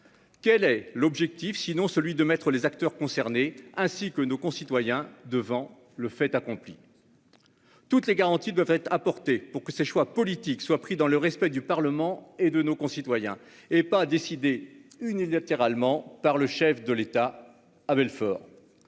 Quel est l'objectif, sinon mettre les acteurs concernés, ainsi que nos concitoyens, devant le fait accompli ? Toutes les garanties doivent être apportées pour que ces choix politiques soient pris dans le respect du Parlement et de nos concitoyens, et non décidés unilatéralement par le chef de l'État, à Belfort.